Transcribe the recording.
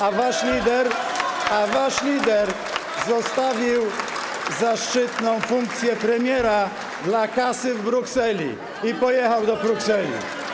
A wasz lider zostawił zaszczytną funkcję premiera dla kasy w Brukseli i pojechał do Brukseli.